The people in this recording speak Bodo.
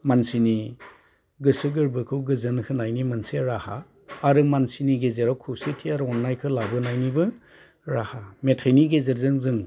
मानसिनि गोसो गोरबोखौ गोजोन होनायनि मोनसे राहा आरो मानसिनि गेजेराव खौसेथि आरो अननायखो लाबोनायनिबो राहा मेथाइनि गेजेरजों जों